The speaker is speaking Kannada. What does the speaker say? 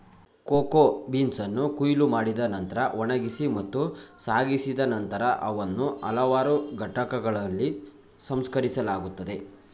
ಕೋಕೋ ಬೀನ್ಸನ್ನು ಕೊಯ್ಲು ಮಾಡಿದ ನಂತ್ರ ಒಣಗಿಸಿ ಮತ್ತು ಸಾಗಿಸಿದ ನಂತರ ಅವನ್ನು ಹಲವಾರು ಘಟಕಗಳಲ್ಲಿ ಸಂಸ್ಕರಿಸಲಾಗುತ್ತದೆ